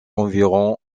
environ